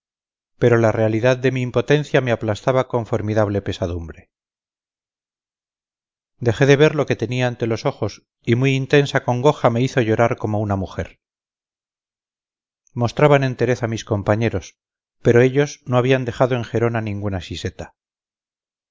pero la realidad de mi impotencia me aplastaba con formidable pesadumbre dejé de ver lo que tenía ante los ojos y muy intensa congoja me hizo llorar como una mujer mostraban entereza mis compañeros pero ellos no habían dejado en gerona ninguna siseta